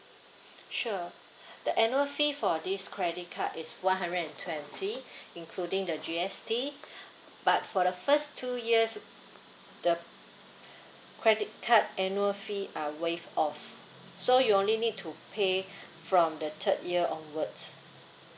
sure the annual fee for this credit card is one hundred and twenty including the G_S_T but for the first two years the credit card annual fee are waived off so you only need to pay from the third year onwards